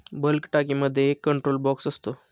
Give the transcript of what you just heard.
bulk टाकीमध्ये एक control box असतो